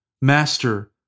Master